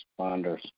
responders